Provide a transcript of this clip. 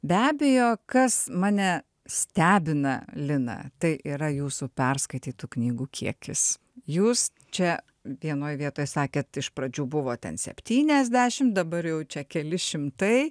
be abejo kas mane stebina liną tai yra jūsų perskaitytų knygų kiekis jūs čia vienoje vietoje sakėte iš pradžių buvo ten septyniasdešim dabar jau čia keli šimtai